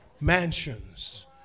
mansions